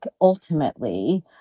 ultimately